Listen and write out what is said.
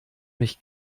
mich